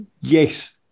Yes